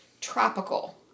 tropical